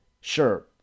Sure